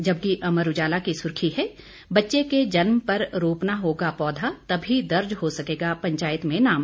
जबकि अमर उजाला की सुर्खी है बच्चे के जन्म पर रोपना होगा पौधा तभी दर्ज हो सकेगा पंचायत में नाम